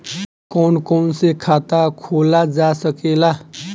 कौन कौन से खाता खोला जा सके ला?